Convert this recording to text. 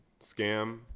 scam